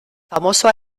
famoso